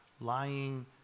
Lying